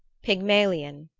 pygmalion,